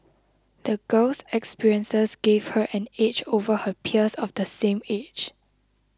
the girl's experiences gave her an edge over her peers of the same age